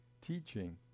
teaching